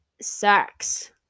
sex